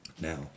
Now